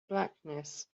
blackness